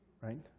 right